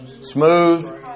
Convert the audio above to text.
Smooth